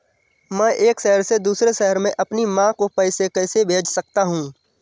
मैं एक शहर से दूसरे शहर में अपनी माँ को पैसे कैसे भेज सकता हूँ?